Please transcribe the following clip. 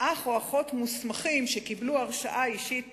אח או אחות מוסמכים שקיבלו הרשאה אישית